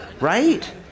right